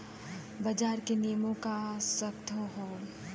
बाजार के नियमों त सख्त हौ